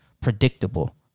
predictable